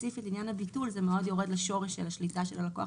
ספציפי עניין הביטול מאוד יורד לשורש של השליטה של הלקוח